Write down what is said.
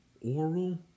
Oral